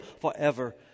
forever